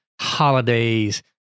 holidays